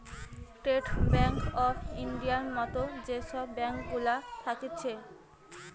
state bank of ইন্ডিয়ার মত যে সব ব্যাঙ্ক গুলা থাকছে